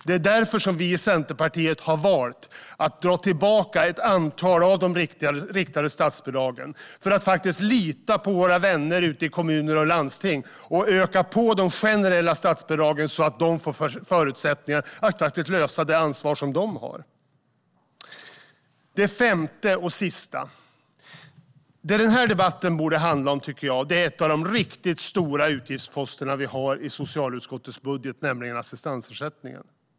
Det är därför vi i Centerpartiet har valt att dra tillbaka ett antal av de riktade statsbidragen, att faktiskt lita på våra vänner ute i kommuner och landsting och att öka på de generella statsbidragen så att de får förutsättningar att lösa det ansvar som de har. För det femte och sista tycker jag att det den här debatten borde handla om är en av de riktigt stora utgiftsposterna i socialutskottets budget, nämligen assistansersättningen.